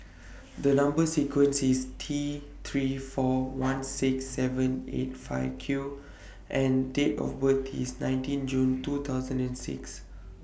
The Number sequence IS T three four one six seven eight five Q and Date of birth IS nineteen June two thousand and six